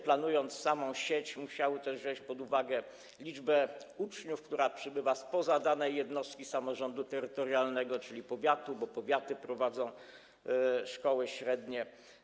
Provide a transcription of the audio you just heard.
Planując sieć, musiały też wziąć pod uwagę liczbę uczniów, którzy przybywają spoza danej jednostki samorządu terytorialnego, czyli powiatu, bo powiaty prowadzą szkoły średnie.